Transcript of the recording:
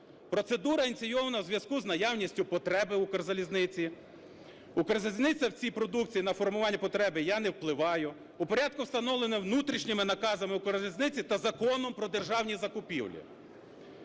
процедура ініційована у зв'язку з наявністю потреби "Укрзалізниці". "Укрзалізниця" в цій продукції, на формування потреби я не впливаю. В порядку, встановленому внутрішніми наказами "Укрзалізниці" та Законом про державні закупівлі.